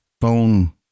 phone